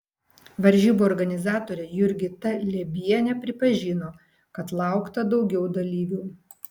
varžybų organizatorė jurgita liebienė pripažino kad laukta daugiau dalyvių